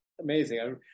amazing